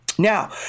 Now